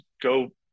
go